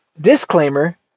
disclaimer